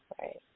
Right